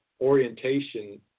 orientation